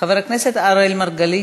חבר הכנסת אראל מרגלית,